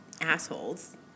asshole's